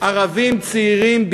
ערבים צעירים,